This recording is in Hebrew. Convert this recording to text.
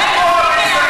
אולי תפסיקי?